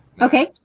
Okay